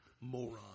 moron